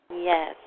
Yes